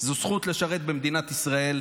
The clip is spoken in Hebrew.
זו זכות לשרת במדינת ישראל.